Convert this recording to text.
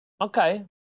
Okay